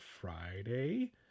Friday